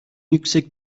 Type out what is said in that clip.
yüksek